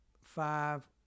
five